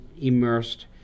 immersed